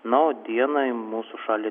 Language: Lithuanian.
na o dieną į mūsų šalį